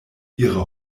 ihre